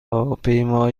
هواپیما